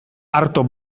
arto